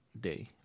day